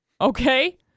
Okay